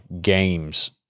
games